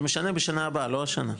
זה משנה בשנה הבאה, לא השנה.